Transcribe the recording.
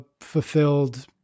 fulfilled